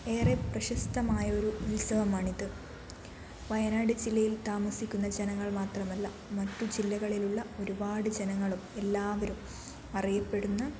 ഏറെ പ്രശസ്തമായൊരു ഉത്സവമാണിത് വയനാട് ജില്ലയിൽ താമസിക്കുന്ന ജനങ്ങൾ മാത്രമല്ല മറ്റു ജില്ലകളിലുള്ള ഒരുപാട് ജനങ്ങളും എല്ലാവരും അറിയപ്പെടുന്ന